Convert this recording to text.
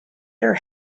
her